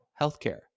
healthcare